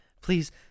please